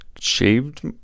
Shaved